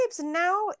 now